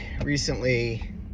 recently